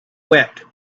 wept